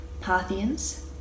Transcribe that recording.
Parthians